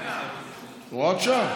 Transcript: הוראת שעה.